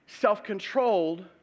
self-controlled